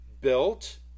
built